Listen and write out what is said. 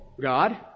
God